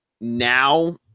now